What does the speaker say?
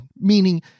meaning